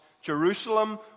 Jerusalem